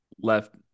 left